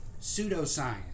pseudoscience